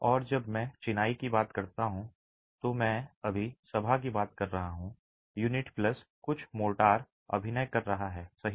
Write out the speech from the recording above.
और जब मैं चिनाई की बात करता हूं तो मैं अभी सभा की बात कर रहा हूं यूनिट प्लस कुछ मोर्टार अभिनय कर रहा है सही